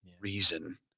reason